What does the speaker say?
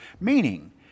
meaning